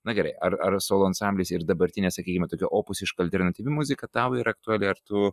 na gerai ar ar solo ansamblis ir dabartinė sakykime opusiška alternatyvi muzika tau yra aktuali ar ar tu